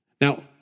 Now